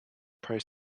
prays